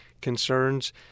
concerns